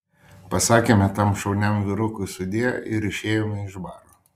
pasakėme tam šauniam vyrukui sudie ir išėjome iš baro